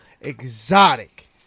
exotic